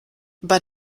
bei